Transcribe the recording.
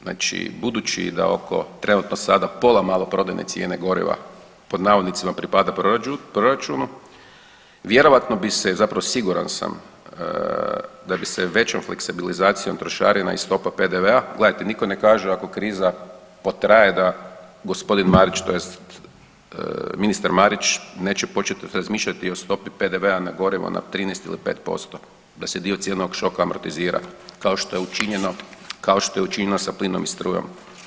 Znači budući da oko trenutno sada pola maloprodajne cijene goriva pod navodnicima pripada proračunu, vjerojatno bi se, zapravo siguran sam da bi se većom fleksibilizacijom trošarina i stopa PDV-a, gledajte nitko ne kaže ako kriza potraje da gospodin Marić tj. ministar Marić neće početi razmišljati i o stopi PDV-a na gorivo na 13 ili 5%, da se dio cjenovnog šoka amortizira kao što je učinjeno, kao što je učinjeno sa plinom i strujom.